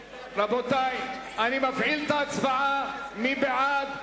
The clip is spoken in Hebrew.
רבותי, אני מפעיל את ההצבעה, מי בעד?